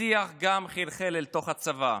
השיח גם חלחל אל תוך הצבא.